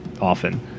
often